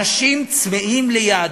אנשים צמאים ליהדות,